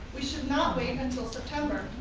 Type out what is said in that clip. we should not wait until september.